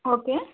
okay